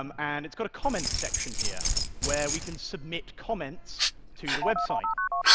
um and it's got a comments section here where we can submit comments to the website.